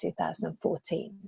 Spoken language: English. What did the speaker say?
2014